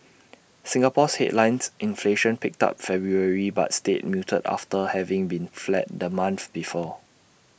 Singapore's headlines inflation picked up February but stayed muted after having been flat the month before